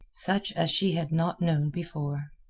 such as she had not known before.